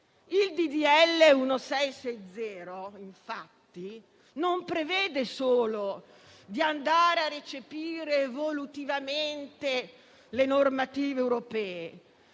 n. 1660, infatti, non prevede solo di andare a recepire evolutivamente le normative europee,